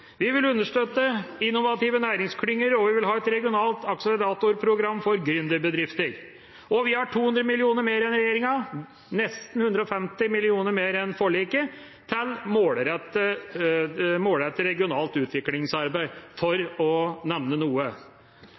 Vi vil understøtte innovative næringsklynger, og vi vil ha et regionalt akseleratorprogram for gründerbedrifter. Vi har 200 mill. kr mer enn regjeringa, nesten 150 mill. kr mer enn forliket, til målrettet regionalt utviklingsarbeid – for å nevne noe.